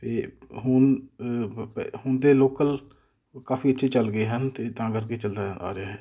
ਅਤੇ ਹੁਣ ਹੁਣ ਦੇ ਲੋਕਲ ਕਾਫੀ ਅੱਛੇ ਚੱਲ ਗਏ ਹਨ ਅਤੇ ਤਾਂ ਕਰਕੇ ਚਲਦਾ ਆ ਰਿਹਾ ਹੈ